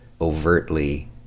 overtly